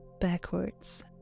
backwards